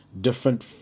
different